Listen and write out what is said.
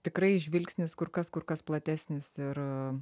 tikrai žvilgsnis kur kas kur kas platesnis ir